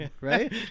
right